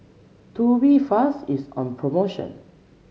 tubifast is on promotion